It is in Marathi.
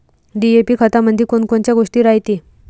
डी.ए.पी खतामंदी कोनकोनच्या गोष्टी रायते?